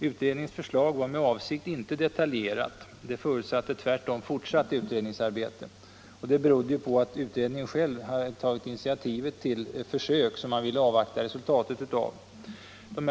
Utredningens förslag var med avsikt inte detaljerat. Det förutsatte tvärtom fortsatt utredningsarbete, och detta berodde på att utredningen själv tagit initiativ till ett försök vars resultat man ville avvakta.